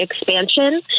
expansion